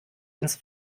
ins